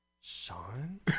Sean